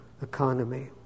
Economy